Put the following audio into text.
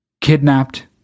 kidnapped